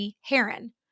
Heron